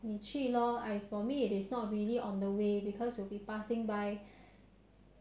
yes but you keep buying things for them and they don't always reciprocate